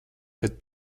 kad